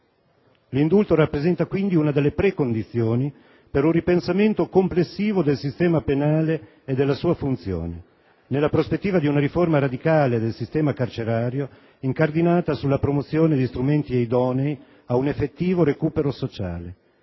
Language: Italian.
L'indulto rappresenta quindi una delle precondizioni per un ripensamento complessivo del sistema penale e della sua funzione, nella prospettiva di una riforma radicale del sistema carcerario, incardinata sulla promozione di strumenti idonei a un effettivo recupero sociale.